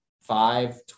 five